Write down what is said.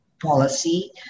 policy